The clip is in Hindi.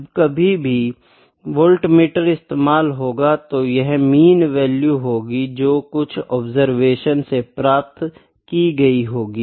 जब कभी भी वाल्टमीटर इस्तेमाल होगा तो यह मीन वैल्यू होगी जो कुछ ऑब्जर्वेशन से प्राप्त की गयी होगी